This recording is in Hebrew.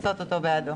לפצות אותו בעדו.